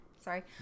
Sorry